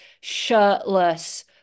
shirtless